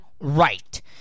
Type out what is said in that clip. right